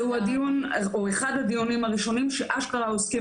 זה אחד מהדיונים הראשונים שאשכרה עוסקים